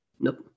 Nope